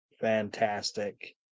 fantastic